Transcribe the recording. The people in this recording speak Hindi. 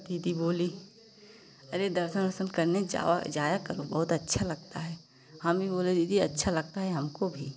दीदी बोली अरे दर्शन ओर्शन करने जाया करो बहुत अच्छा लगता है हमी बोलें दीदी अच्छा लगता है हमको भी